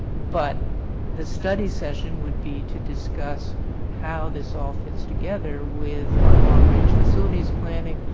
but the study session would be to discuss how this all fits together with our long-range facilities planning,